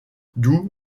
doo